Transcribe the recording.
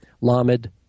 lamed